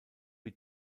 wie